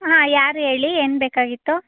ಹಾಂ ಯಾರು ಹೇಳಿ ಏನು ಬೇಕಾಗಿತ್ತು